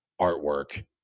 artwork